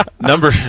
number